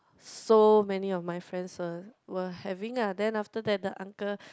so many of my friends were were having ah then after that the uncle